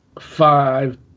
five